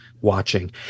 watching